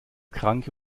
kranke